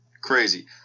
Crazy